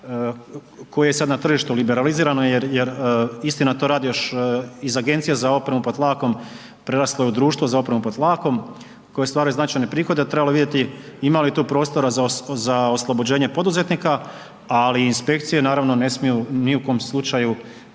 koje je sad na tržištu liberalizirano jer istina to rade još iz agencija za opremu pod tlakom, preraslo je u društvo za opremu pod tlakom koje stvaraju značajne prihode a trebalo bi vidjeti ima li tu prostora za oslobođenje poduzetnika, ali inspekcije naravno ne smiju ni u kojem slučaju